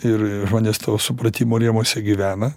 ir žmonės to supratimo rėmuose gyvena